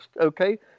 Okay